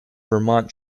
vermont